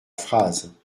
phrase